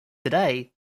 today